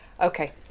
Okay